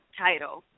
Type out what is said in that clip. title